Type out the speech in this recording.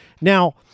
Now